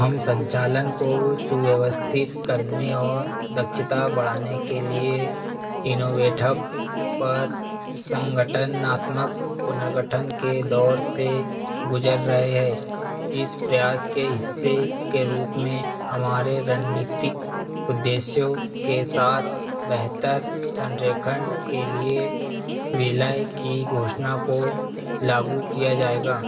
हम संचालन को सुव्यवस्थित करने और दक्षता बढ़ाने के लिए इनोवेटहब पर संगठननात्मक पुनर्गठन के दौर से गुज़र रहे है इस प्रयास के हिस्से के रूप में हमारे रणनीतिक उद्देश्यों के साथ बेहतर संरेखण के लिए विलय की घोषना को लागू किया जाएगा